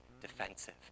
defensive